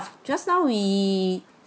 just now we